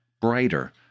brighter